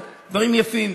על דברים יפים.